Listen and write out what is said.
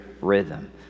rhythm